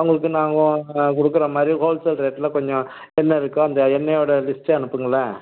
அவர்களுக்கு நாங்கள் கொடுக்குற மாதிரி ஹோல் சேல் ரேட்டில் கொஞ்சம் என்ன இருக்கோ அந்த எண்ணெயோடய லிஸ்ட்டை அனுப்புங்களேன்